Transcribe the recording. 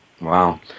Wow